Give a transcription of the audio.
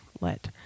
let